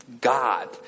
God